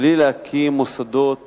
בלי להקים מוסדות